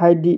ꯍꯥꯏꯗꯤ